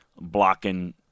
blocking